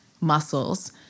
muscles